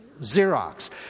Xerox